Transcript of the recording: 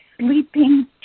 sleeping